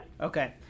Okay